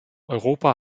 europa